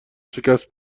شکست